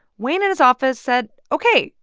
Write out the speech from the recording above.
wayne and his office said, ok,